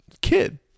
kid